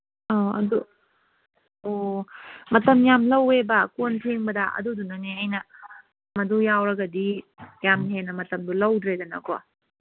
ꯑꯧ ꯑꯗꯨ ꯑꯣ ꯃꯇꯝ ꯌꯥꯝ ꯂꯧꯋꯦꯕ ꯀꯣꯟ ꯐꯦꯡꯕꯗ ꯑꯗꯨꯗꯨꯅꯅꯦ ꯑꯩꯅ ꯃꯗꯨ ꯌꯥꯎꯔꯒꯗꯤ ꯌꯥꯝ ꯍꯦꯟꯅ ꯃꯇꯝꯗꯨ ꯂꯧꯗ꯭ꯔꯦꯗꯅꯀꯣ